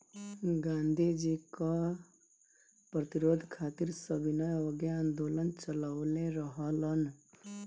गांधी जी कर प्रतिरोध खातिर सविनय अवज्ञा आन्दोलन चालवले रहलन